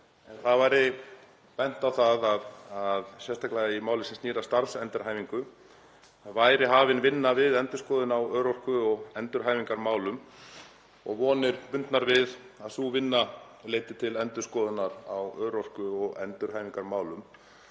sér en bent var á sérstaklega í máli sem snýr að starfsendurhæfingu að hafin væri vinna við endurskoðun á örorku og endurhæfingarmálum og vonir bundnar við að sú vinna leiddi til endurskoðunar á örorku- og endurhæfingarmálum.